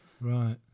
Right